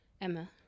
Emma